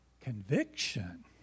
conviction